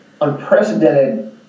unprecedented